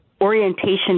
orientation